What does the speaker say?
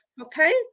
okay